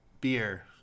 beer